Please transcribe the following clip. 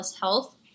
health